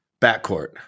Backcourt